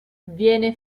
viene